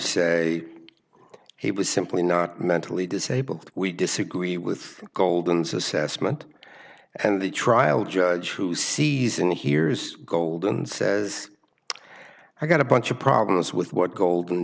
say he was simply not mentally disabled we disagree with goldens assessment and the trial judge who sees and hears gold and says i got a bunch of problems with what gold